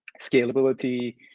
scalability